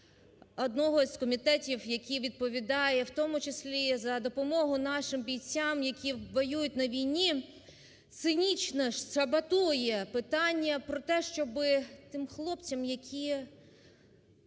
одного з комітетів, який відповідає в тому числі за допомогу нашим бійцям, які воюють на війні, цинічно саботує питання про те, щоб тим хлопцям, які